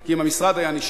כי אם המשרד היה נשאל,